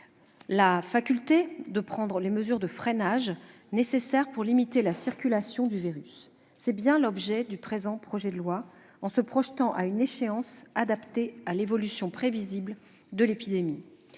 la faculté de prendre les mesures de freinage nécessaires pour limiter la circulation du virus. Tel est bien l'objet du présent projet de loi, qui se projette à une échéance adaptée à l'évolution prévisible de l'épidémie.